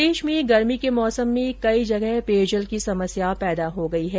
प्रदेश में गर्मी के मौसम में कई जगह पेयजल की समस्या पैदा हो गई है